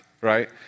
right